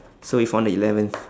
so we found the eleventh